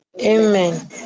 Amen